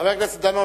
חבר הכנסת דנון,